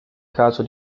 caso